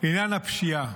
עניין הפשיעה.